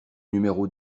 numéro